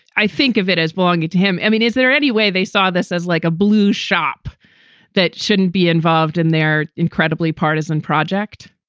i think of it as belonging to him. i mean, is there any way they saw this as like a blue shop that shouldn't be involved in their incredibly partisan project?